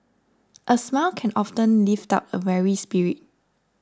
a smile can often lift up a weary spirit